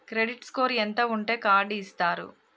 Credit score ఎంత ఉంటే card ఇస్తారు?